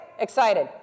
Excited